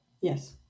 Yes